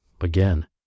again